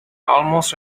almost